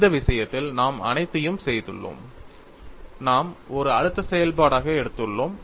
இந்த விஷயத்தில் நாம் அனைத்தையும் செய்துள்ளோம் நாம் ஒரு அழுத்த செயல்பாடாக எடுத்துள்ளோம்